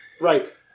Right